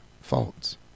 faults